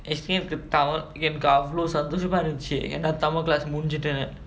எனக்கு:enakku tamil எனக்கு அவ்ளோ சந்தோசமா இருந்ச்சு ஏனா:enakku avlo santhosamaa irunchu yaenaa tamil class முடிஞ்சிட்டுனு:mudinjittunu